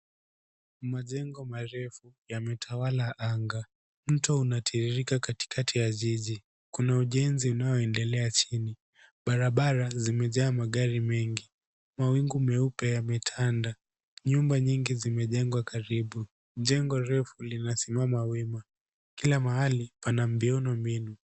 Majengo marefu yametawala anga. Mto unatiririka katikati ya jiji. Kuna ujenzi unaoendelea chini. Barabara zimejaa magari mengi. Mawingu meupe yametanda. Nyumba nyingi zimejengwa karibu. Jengo refu limesimama wima. Kila mahali pana miundombinu.